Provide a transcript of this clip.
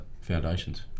foundations